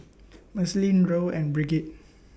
Marceline Roe and Brigid